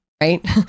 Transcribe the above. right